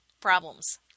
problems